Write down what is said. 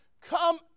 come